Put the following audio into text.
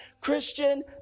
Christian